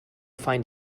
find